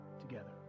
together